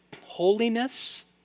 Holiness